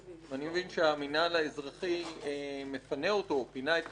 אני מבין שהמינהל האזרחי מפנה אותו או פינה את חלקו.